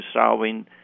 solving